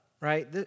right